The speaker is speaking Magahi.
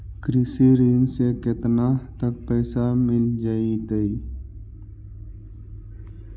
कृषि ऋण से केतना तक पैसा मिल जइतै?